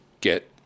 get